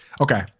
Okay